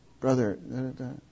brother